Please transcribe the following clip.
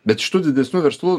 bet šitų didesnių verslų